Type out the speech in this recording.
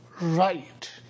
right